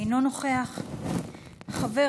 אינו נוכח, חבר